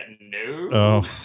no